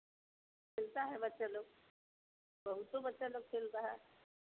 खेलता है बच्चा लोग बहुत बच्चा लोग खेल रहा है